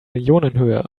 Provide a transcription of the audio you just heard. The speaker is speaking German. millionenhöhe